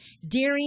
Daring